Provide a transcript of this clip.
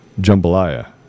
jambalaya